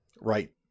right